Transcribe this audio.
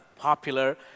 Popular